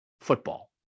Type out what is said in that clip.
football